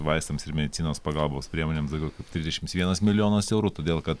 vaistams ir medicinos pagalbos priemonėms daugiau kaip trisdešims vienas milijonas eurų todėl kad